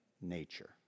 nature